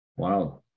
Wow